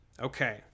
okay